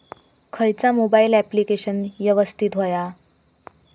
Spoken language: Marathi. खयचा मोबाईल ऍप्लिकेशन यवस्तित होया?